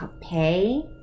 pay